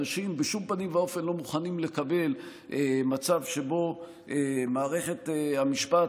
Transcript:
אנשים בשום פנים ואופן לא מוכנים לקבל מצב שבו מערכת המשפט